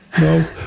No